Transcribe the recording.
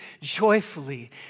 joyfully